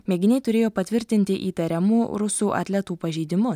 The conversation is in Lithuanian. mėginiai turėjo patvirtinti įtariamų rusų atletų pažeidimus